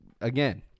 again